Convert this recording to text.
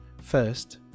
First